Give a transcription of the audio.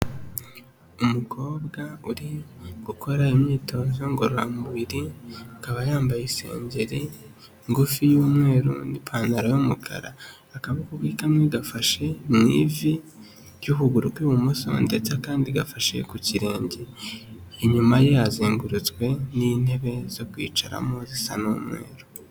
Umukobwa uri gukora imyitozo ngororamubiri, akaba yambaye isengeri ngufi y'umweru n'ipantaro y'umukara, akaboko kamwe gafashe mu ivi ry'ukuguru kw'ibumoso ndetse kandi gafasha ku kirenge, inyuma yazengurutswe n'intebe zo kwicaramo zisa n'umweru.